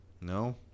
No